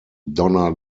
donna